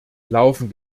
laufen